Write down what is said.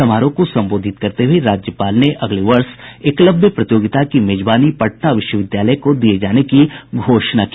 समारोह को संबोधित करते हुए राज्यपाल ने अगले वर्ष एकलव्य प्रतियोगिता की मेजबानी पटना विश्वविद्यालय को दिये जाने की घोषणा की